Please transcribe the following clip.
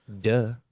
Duh